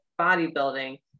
bodybuilding